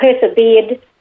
persevered